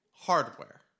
hardware